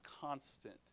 constant